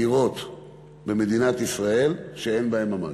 דירות במדינת ישראל שאין בהן ממ"ד.